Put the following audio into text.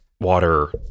water